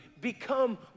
become